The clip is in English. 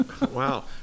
Wow